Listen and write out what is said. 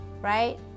right